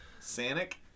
Sonic